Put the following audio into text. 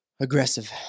Aggressive